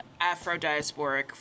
Afro-diasporic